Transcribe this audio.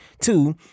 Two